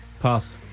Pass